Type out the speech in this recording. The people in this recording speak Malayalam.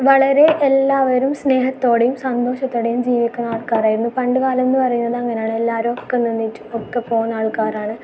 വളരെ എല്ലാവരും സ്നേഹത്തോടെയും സന്തോഷത്തോടെയും ജീവിക്കുന്ന ആൾക്കാരായിരുന്നു പണ്ട് കാലം എന്നു പറയുന്നത് അങ്ങനെ ആ ണ് എല്ലാരോക്കാം നിന്നിട്ട് ഒക്കെ പോകുന്ന ആൾക്കാരാണ്